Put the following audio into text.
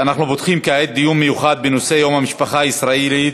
אנחנו פותחים כעת דיון מיוחד בנושא יום המשפחה הישראלית,